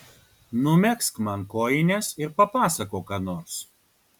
numegzk man kojines ir papasakok ką nors